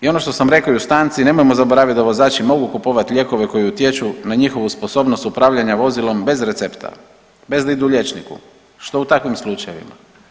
I ono što sam rekao i u stanci, nemojmo zaboraviti da vozači mogu kupovati lijekove koji utječu na njihovu sposobnost upravljanja vozilom bez recepta, bez da idu liječniku, što u takvim slučajevima?